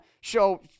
show